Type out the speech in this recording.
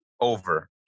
over